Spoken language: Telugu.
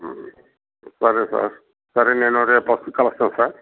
సరే సార్ సరే నేను రేపు వచ్చి కలుస్తాను సార్